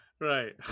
right